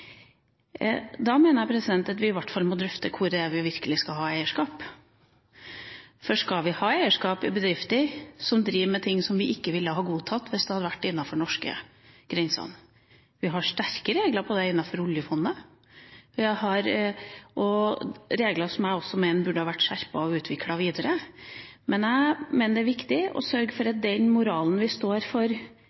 Da mener jeg at vi i hvert fall må drøfte hvor vi virkelig skal ha eierskap. Skal vi ha eierskap i bedrifter som driver med ting som vi ikke ville ha godtatt hvis det hadde vært innenfor de norske grensene? Vi har sterke regler for det innenfor oljefondet – regler som jeg også mener burde ha vært skjerpet og utviklet videre. Jeg mener det er viktig å sørge for at den moralen vi står for